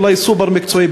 אולי סופר-מקצועי,